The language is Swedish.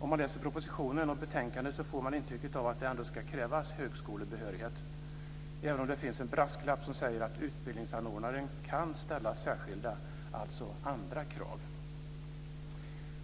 Om man läser propositionen och betänkandet får man intrycket av att det ändå ska krävas högskolebehörighet, även om det finns en brasklapp som säger att utbildningsanordnaren kan ställa särskilda, alltså andra, krav.